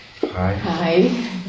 Hi